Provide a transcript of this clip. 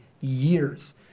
years